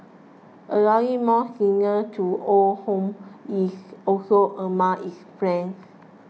allowing more singles to own homes is also among its plans